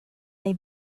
neu